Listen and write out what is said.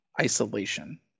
isolation